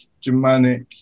Germanic